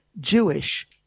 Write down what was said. Jewish